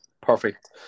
Perfect